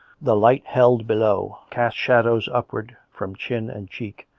the light, held below, cast shadows upwards from chin and cheek,